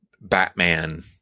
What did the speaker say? Batman